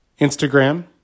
Instagram